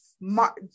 Mark